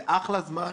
זה אחלה זמן,